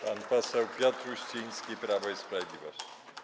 Pan poseł Piotr Uściński, Prawo i Sprawiedliwość.